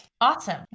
awesome